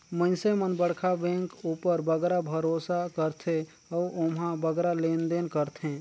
मइनसे मन बड़खा बेंक उपर बगरा भरोसा करथे अउ ओम्हां बगरा लेन देन करथें